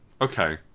Okay